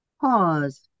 pause